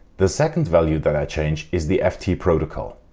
the second value that i change is the ft protocol.